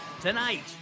Tonight